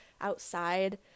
outside